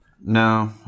No